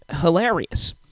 hilarious